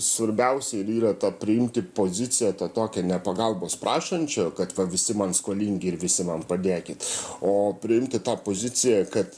svarbiausia ir yra tą priimti poziciją tą tokią ne pagalbos prašančio kad va visi man skolingi ir visi man padėkit o priimti tą poziciją kad